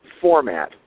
format